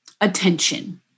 attention